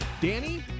Danny